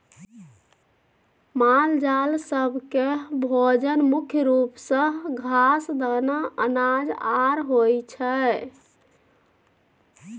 मालजाल सब केँ भोजन मुख्य रूप सँ घास, दाना, अनाज आर होइ छै